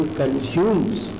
consumes